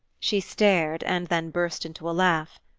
she stared, and then burst into a laugh.